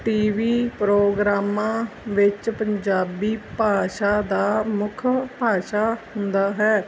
T V ਪ੍ਰੋਗਰਾਮਾਂ ਵਿੱਚ ਪੰਜਾਬੀ ਭਾਸ਼ਾ ਦੀ ਮੁੱਖ ਭਾਸ਼ਾ ਹੁੰਦਾ ਹੈ